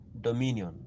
dominion